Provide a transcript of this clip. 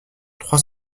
trois